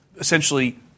essentially